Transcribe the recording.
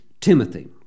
Timothy